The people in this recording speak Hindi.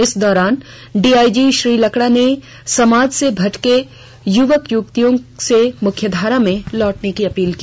इस दौरान डीआईजी श्री लकड़ा ने समाज से भटके युवक युवतियों से मुख्यधारा में लौटने की अपील की